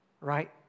right